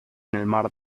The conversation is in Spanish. mar